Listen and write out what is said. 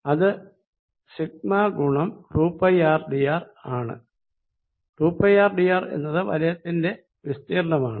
ഇത് σ ഗുണം 2πrdr ആണ് 2πrdr എന്നത് വലയത്തിന്റെ വിസ്തീർണമാണ്